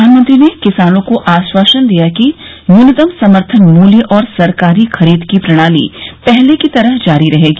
प्रधानमंत्री ने किसानों को आश्वासन दिया कि न्यूनतम समर्थन मूल्य और सरकारी खरीद की प्रणाली पहले की तरह जारी रहेगी